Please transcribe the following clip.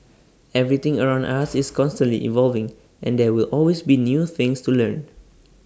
everything around us is constantly evolving and there will always be new things to learn